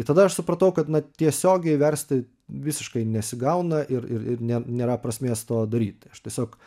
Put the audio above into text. ir tada aš supratau kad na tiesiogiai versti visiškai nesigauna ir ir ir ne nėra prasmės to daryti tai aš tiesiog